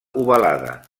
ovalada